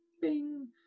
bing